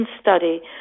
study